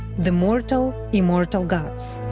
the mortal immortal gods